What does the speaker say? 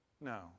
No